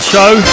Show